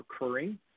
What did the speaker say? recurring